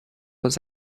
was